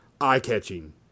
eye-catching